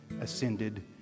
ascended